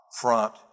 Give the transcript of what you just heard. front